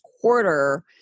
quarter